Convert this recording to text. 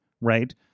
right